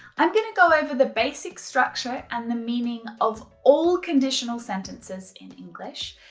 i'm going to go over the basic structure and the meaning of all conditional sentences in english.